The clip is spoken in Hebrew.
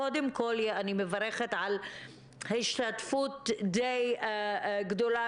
קודם כול אני מברכת על השתתפות די גדולה